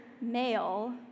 male